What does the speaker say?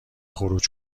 خروج